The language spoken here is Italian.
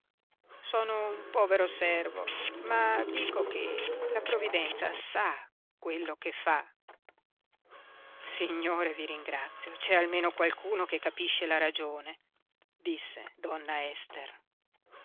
sono un povero servo ma dico che la provvidenza sa quello che fa signore vi ringrazio c'è almeno qualcuno che capisce la ragione disse donna ester